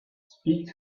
speak